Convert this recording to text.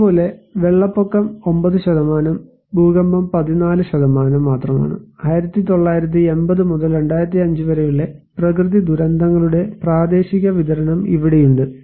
അതുപോലെ വെള്ളപ്പൊക്കം 9 ഭൂകമ്പം 14 മാത്രമാണ് 1980 മുതൽ 2005 വരെയുള്ള പ്രകൃതിദുരന്തങ്ങളുടെ പ്രാദേശിക വിതരണം ഇവിടെയുണ്ട്